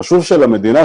חשוב שלמדינה,